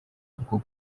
bwo